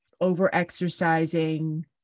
over-exercising